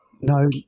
no